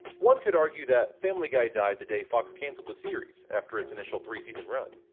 one could argue, that family guy died the day fox canceled the series after its initial three season run.